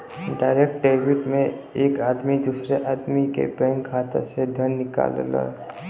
direct debit में एक आदमी दूसरे आदमी के बैंक खाता से धन निकालला